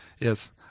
Yes